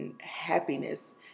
happiness